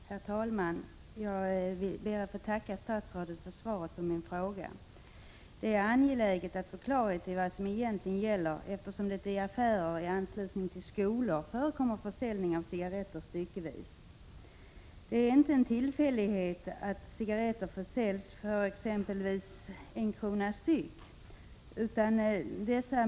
Herr talman! Jag ber att få tacka statsrådet för svaret på min fråga. Det är angeläget att få klarhet om vad som egentligen gäller, eftersom det i affärer och i anslutning till skolor förekommer försäljning av cigaretter styckevis. Det är inte någon tillfällighet att cigaretter försäljs för exempelvis 1 kr. styck.